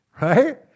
Right